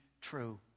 true